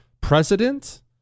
president